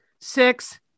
six